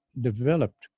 developed